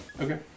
Okay